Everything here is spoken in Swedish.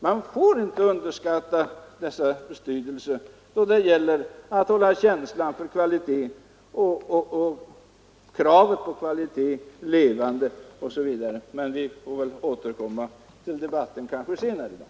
Man får inte underskatta deras betydelse då det gäller att hålla känslan för och kravet på kvalitet levande osv., men vi får kanske tillfälle att senare återkomma till den debatten.